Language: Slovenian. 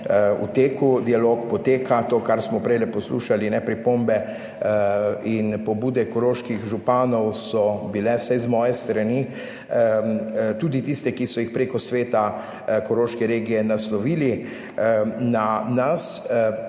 v teku, dialog poteka. To, kar smo prej poslušali ne pripombe in pobude koroških županov, so bile vsaj z moje strani tudi tiste, ki so jih preko Sveta koroške regije naslovili na nas